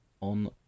on